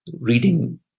reading